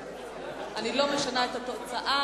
אני לא משנה את התוצאה.